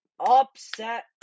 upset